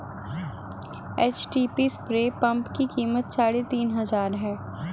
HTP spray pump की कीमत साढ़े तीन हजार है